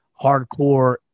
hardcore